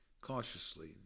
cautiously